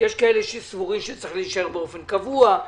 יש כאלה שסבורים שזה צריך להישאר באופן קבוע,